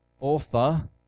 author